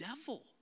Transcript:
devil